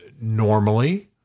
normally